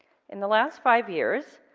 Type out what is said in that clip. in the last five years,